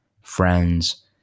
friends